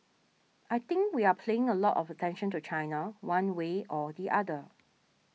I think we are playing a lot of attention to China one way or the other